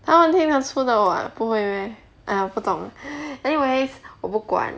他们听的出的 [what] 不会 meh !aiya! 不懂 anyways 我不管